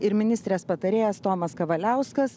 ir ministrės patarėjas tomas kavaliauskas